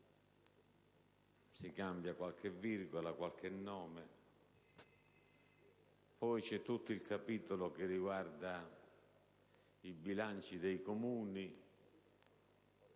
si cambia qualche virgola, qualche nome. Poi vi è è tutto il capitolo che riguarda i bilanci dei Comuni